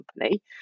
Company